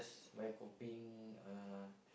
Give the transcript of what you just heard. by copying uh